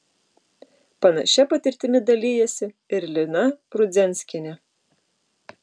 panašia patirtimi dalijasi ir lina rudzianskienė